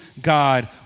God